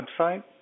website